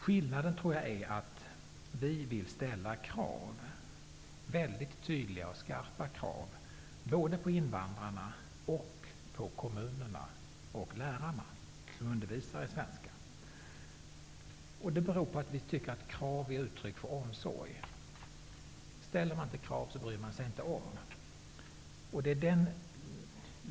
Skillnaden tror jag är att vi nydemokrater vill ställa väldigt tydliga och skarpa krav på invandrarna, kommunerna och på de lärare som undervisar i svenska. Det beror på att vi tycker att krav ger uttryck för omsorg. Om man inte ställer krav, bryr man sig inte heller om.